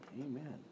Amen